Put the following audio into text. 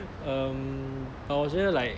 um but 我觉得 like